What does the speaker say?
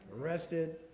arrested